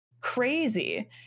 crazy